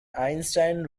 einstein